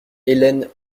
hélène